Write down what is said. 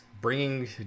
bringing